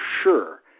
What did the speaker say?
sure